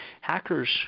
hackers